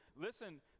listen